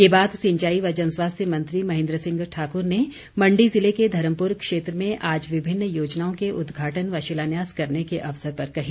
ये बात सिंचाई व जनस्वास्थ्य मंत्री महेन्द्र सिंह ठाकुर ने मण्डी जिले के धर्मपुर क्षेत्र में आज विभिन्न योजनाओं के उदघाटन व शिलान्यास करने के अवसर पर कही